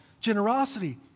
generosity